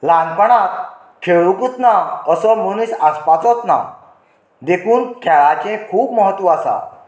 ल्हानपणांत खेळुकूच ना असो मनीस आसपाचोच ना देखून खेळाचें खूब म्हत्व आसा